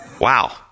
Wow